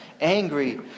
angry